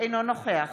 אינו נוכח